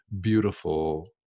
beautiful